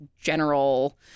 general